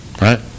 Right